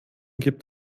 gibt